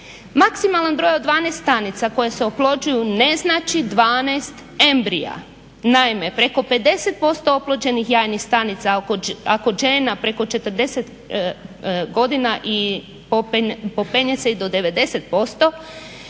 Maksimalan broj od 12 stanica koje se oplođuju ne znači 12 embrija. Naime, preko 50% oplođenih jajnih stanica a kod žena preko 40 godina popenje se i do 90%